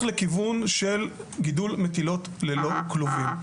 לכיוון של גידול מטילות ללא כלובים.